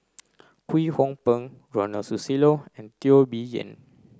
Kwek Hong Png Ronald Susilo and Teo Bee Yen